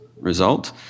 result